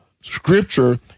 Scripture